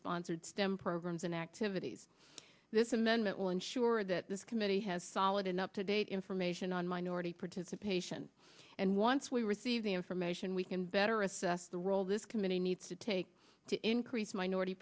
sponsored stem programs and activities this amendment will ensure that this committee has solid and up to date information on minority participation and once we receive the information we can better assess the role this committee needs to take to increase minority